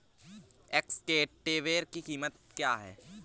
Excavator की कीमत क्या है?